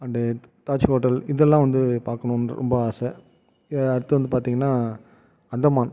and Taj hotel இதெல்லாம் வந்து பார்க்கனுன்னு ரொம்ப ஆசை அடுத்து வந்து பார்த்திங்கன்னா அந்தமான்